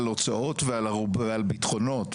על הוצאות ועל בטחונות,